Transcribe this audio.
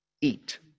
eat